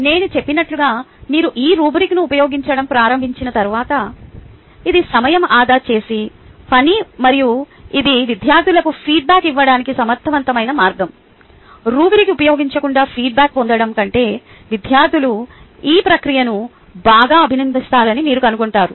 నేను చెప్పినట్లుగా మీరు ఈ రుబ్రిక్ను ఉపయోగించడం ప్రారంభించిన తర్వాత ఇది సమయం ఆదా చేసే పని మరియు ఇది విద్యార్థులకు ఫీడ్బ్యాక్ ఇవ్వడానికి సమర్థవంతమైన మార్గం రుబ్రిక్ ఉపయోగించకుండా ఫీడ్బ్యాక్ పొందడం కంటే విద్యార్థులు ఈ ప్రక్రియను బాగా అభినందిస్తారని మీరు కనుగొంటారు